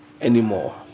anymore